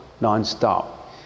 non-stop